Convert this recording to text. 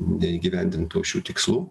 neįgyvendintų šių tikslų